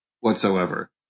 whatsoever